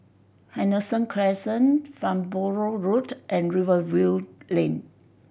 Henderson Crescent Farnborough Road and Rivervale Lane